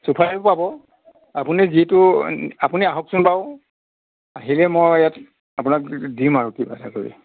চুপাৰিও পাব আপুনি যিটো আপুনি আহকচোন বাৰু আহিলে মই ইয়াত আপোনাক দিম আৰু কিবা এটা কৰি